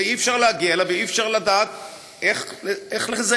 ואי-אפשר להגיע אליו ואי-אפשר לדעת איך לזייף,